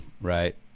right